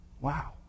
Wow